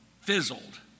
fizzled